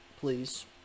please